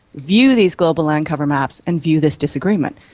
view these global land cover maps and view this disagreement.